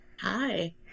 hi